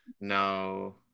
No